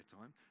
time